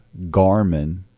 Garmin